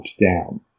down